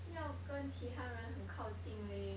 要跟其他人很靠近 leh